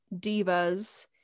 divas